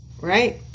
right